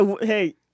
hey